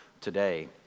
today